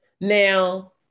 Now